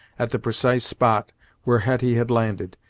at the precise spot where hetty had landed,